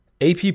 AP